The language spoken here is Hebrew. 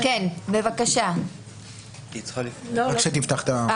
כמייצגת נפגעי עבירות המתה,